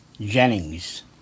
Jennings